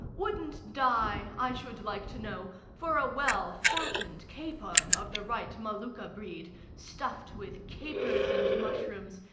wouldn't die, i should like to know, for a well fattened capon of the right molucca breed, stuffed with capers and mushrooms,